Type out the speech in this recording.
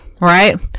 right